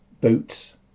boots